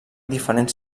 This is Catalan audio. diferents